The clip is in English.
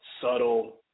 subtle